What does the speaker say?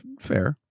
Fair